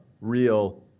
real